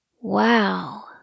Wow